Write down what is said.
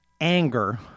anger